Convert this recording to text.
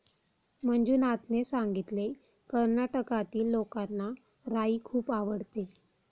मंजुनाथने सांगितले, कर्नाटकातील लोकांना राई खूप आवडते